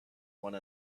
one